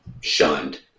shunned